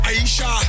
Aisha